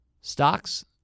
Stocks